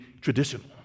traditional